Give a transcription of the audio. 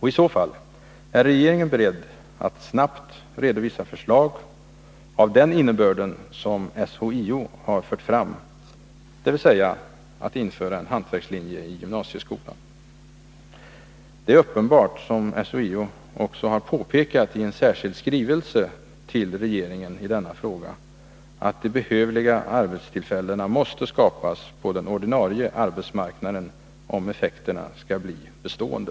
I så fall, är regeringen beredd att snabbt redovisa förslag av den innebörden som SHIO har fört fram, dvs. att införa en hantverkslinje i gymnasieskolan? Det är uppenbart att, som SHIO också har påpekat i en särskild skrivelse till regeringen i denna fråga, de behövliga arbetstillfällena måste skapas på den ordinarie arbetsmarknaden, om effektena skall bli bestående.